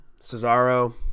Cesaro